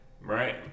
right